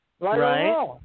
Right